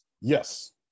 Yes